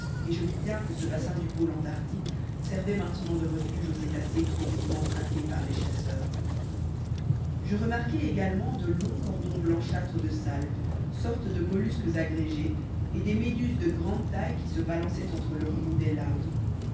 et je vis bien que ce bassin du pôle antarctique servait maintenant de refuge aux cétacés trop vivement traqués par les chasseurs je remarquai également de longs cordons blanchâtres de salpes sortes de mollusques agrégés et des méduses de grande taille qui se balançaient entre le remous des lames